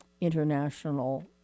international